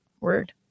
word